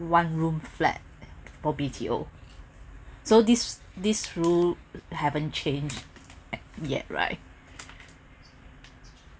one room flat for B_T_O so this this rule haven't changed at yet right